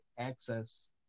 access